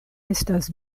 estas